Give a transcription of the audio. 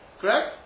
Correct